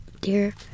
dear